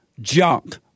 junk